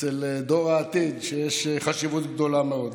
אצל דור העתיד יש חשיבות גדולה מאוד.